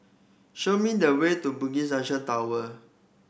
show me the way to Bugis Junction Tower